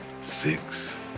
Six